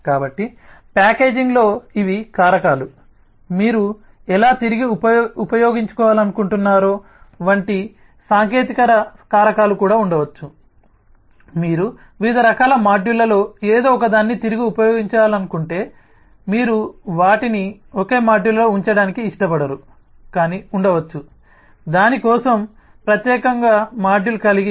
కాబట్టి ప్యాకేజింగ్లో ఇవి కారకాలు మీరు ఎలా తిరిగి ఉపయోగించాలనుకుంటున్నారో వంటి సాంకేతికతర కారకాలు కూడా ఉండవచ్చు మీరు వివిధ రకాల మాడ్యూళ్ళలో ఏదో ఒకదాన్ని తిరిగి ఉపయోగించాలనుకుంటే మీరు వాటిని ఒకే మాడ్యూల్లో ఉంచడానికి ఇష్టపడరు కాని ఉండవచ్చు దాని కోసం ప్రత్యేక మాడ్యూల్ కలిగి